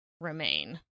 remain